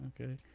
okay